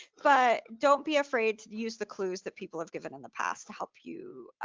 but don't be afraid to use the clues that people have given in the past to help you